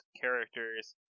characters